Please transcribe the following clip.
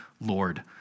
Lord